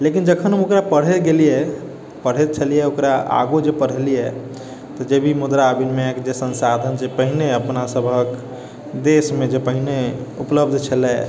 लेकिन जखन हम ओकरा पढ़े गेलियै पढ़ैत छलियै ओकरा आगू जे पढ़लियै तऽ जे भी मुद्रा विनिमयके जे संसाधन छै अपना सभक देशमे जे पहिने उपलब्ध छलै